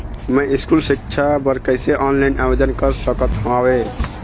मैं स्कूल सिक्छा बर कैसे ऑनलाइन आवेदन कर सकत हावे?